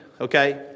okay